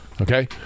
Okay